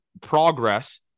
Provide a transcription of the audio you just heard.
progress